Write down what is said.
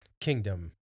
kingdom